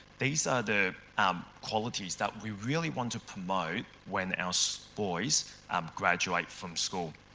these are the um qualities that we really want to promote when our so boys um graduate from school.